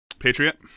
patriot